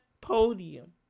podium